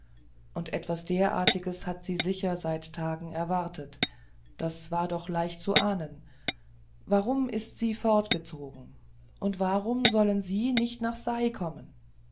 und etwas derartiges hat sie sicher seit tagen erwartet das war doch leicht zu ahnen warum ist sie fortgezogen und warum sollen sie nicht nach sei kommen